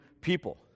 people